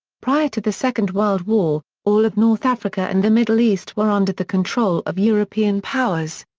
prior to the second world war, all of north africa and the middle-east were under the control of european powers.